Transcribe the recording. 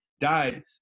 died